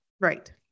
Right